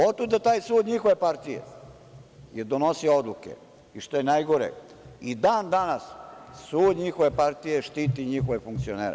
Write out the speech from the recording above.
Otuda taj sud njihove partije je donosio odluke i što je najgore, i dan danas sud njihove partije štiti njihove funkcionere.